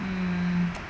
mm